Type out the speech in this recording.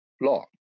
law